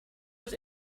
was